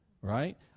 right